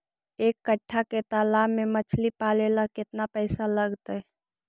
एक कट्ठा के तालाब में मछली पाले ल केतना पैसा लगतै?